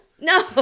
No